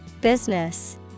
Business